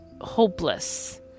hopeless